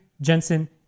Jensen